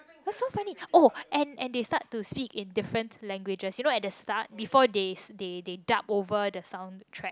it was so funny oh and and they start to speak in different languages you know at the start before they they they dub over the sound track